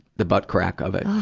the butt crack of it.